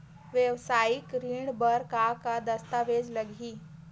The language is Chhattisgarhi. वेवसायिक ऋण बर का का दस्तावेज लगही?